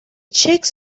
chicks